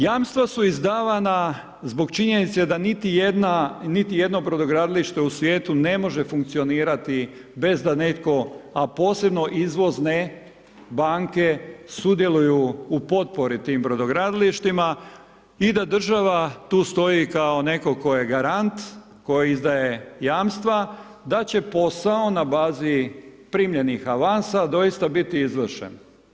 Jamstva su izdavana zbog činjenice da niti jedno brodogradilište u svijetu ne može funkcionirati, bez da netko, a posebno izvozne banke sudjeluju u potpori tim brodogradilištima i da država tu stoji kao netko tko je garant, tko izdaje jamstva, da će posao na bazi primljenih avansa, doista biti izvršen.